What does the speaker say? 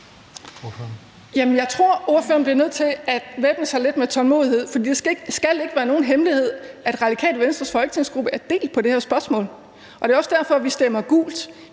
jeg tror, spørgeren bliver nødt til at væbne sig lidt med tålmodighed, for det skal ikke være nogen hemmelighed, at Radikale Venstres folketingsgruppe er delt i det her spørgsmål, og det er også derfor, vi stemmer gult.